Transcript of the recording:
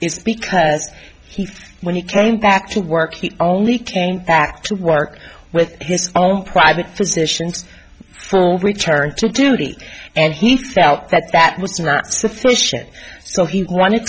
science because he when he came back to work he only came back to work with his own private physicians full return to duty and he felt that that was not sufficient so he wanted